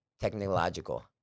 technological